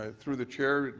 ah through the chair,